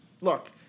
Look